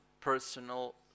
personal